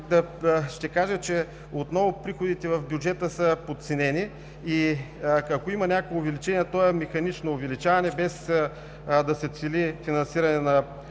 Ще кажа, че приходите в бюджета отново са подценени и, ако има някакво увеличение, то е механично увеличаване, без да се цели финансиране на